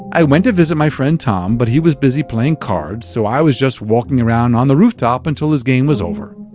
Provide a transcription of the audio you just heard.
i went to visit my friend tom, but he was busy playing cards so i was just walking around on the rooftop until his game was over,